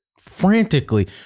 frantically